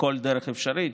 בכל דרך אפשרית,